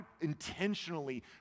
intentionally